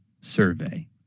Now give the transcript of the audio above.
survey